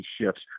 shifts